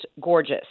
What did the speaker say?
gorgeous